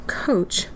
coach